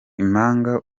impanga